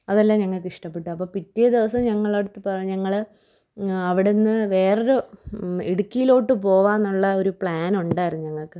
അതെല്ലാം ഞങ്ങള്ക്ക് ഇഷ്ടപ്പെട്ടു അപ്പോള് പിറ്റേ ദിവസം ഞങ്ങളടുത്ത് പറഞ്ഞു ഞങ്ങള് അവിടുന്ന് വേറൊരു ഇടുക്കിയിലോട്ട് പോവാമെന്നുള്ള ഒരു പ്ലാൻ ഉണ്ടായിരുന്നു ഞങ്ങള്ക്ക്